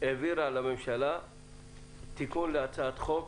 והעבירה לממשלה תיקון להצעת החוק